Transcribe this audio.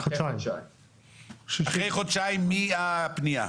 אחרי חודשיים מן הפנייה.